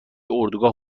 اردوگاه